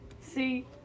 See